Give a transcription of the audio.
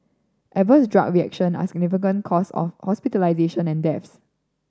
adverse drug reaction are a significant cause of hospitalisation and deaths